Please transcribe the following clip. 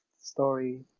story